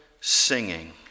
singing